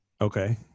Okay